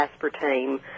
aspartame